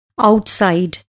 outside